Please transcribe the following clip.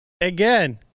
Again